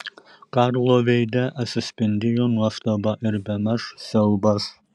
karlo veide atsispindėjo nuostaba ir bemaž siaubas